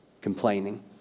complaining